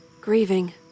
Grieving